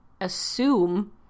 assume